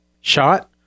shot